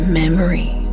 memory